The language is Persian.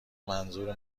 منظور